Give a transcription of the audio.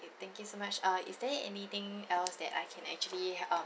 thank you so much uh is there anything else that I can actually um